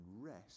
rest